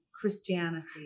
Christianity